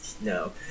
no